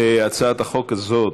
להצעת החוק הזאת